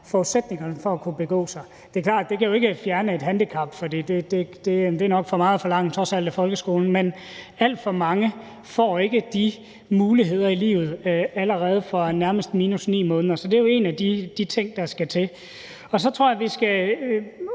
forudsætningerne for at kunne begå sig. Det er klart, at det jo ikke kan fjerne et handicap. Det er trods alt nok for meget at forlange af folkeskolen. Men alt for mange får ikke de muligheder i livet nærmest allerede fra minus 9 måneder. Så det er jo en af de ting, der skal til. Og så tror jeg, at vi skal